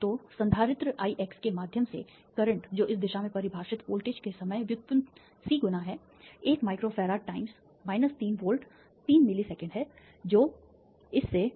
तो संधारित्र Ix के माध्यम से करंट जो इस दिशा में परिभाषित वोल्टेज के समय व्युत्पन्न सी गुना है 1 microfarad times 3 volt 3 millisecond है जो से